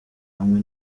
hamwe